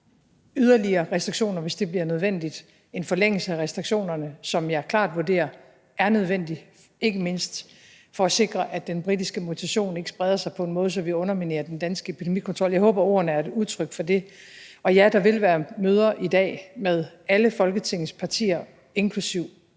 yderligere restriktioner, hvis det bliver nødvendigt – en forlængelse af restriktionerne, som jeg klart vurderer er nødvendigt, ikke mindst for at sikre, at den britiske mutation ikke spreder sig på en måde, så vi underminerer den danske epidemikontrol. Jeg håber, at ordene er et udtryk for det. Og ja, der vil være møder i dag med alle Folketingets partier, inklusive